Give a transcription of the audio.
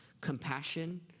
compassion